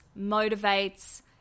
motivates